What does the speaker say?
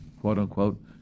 quote-unquote